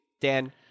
Dan